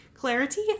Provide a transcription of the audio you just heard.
Clarity